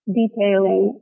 detailing